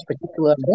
particular